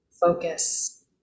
focus